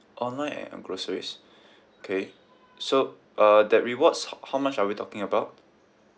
online and on groceries okay so uh that rewards ho~ how much are we talking about